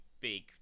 big